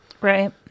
Right